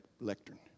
lectern